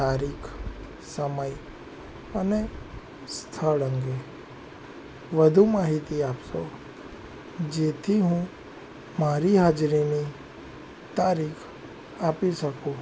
તારીખ સમય અને સ્થળ અંગે વધુ માહિતી આપશો જેથી હું મારી હાજરીની તારીખ આપી શકું